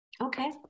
Okay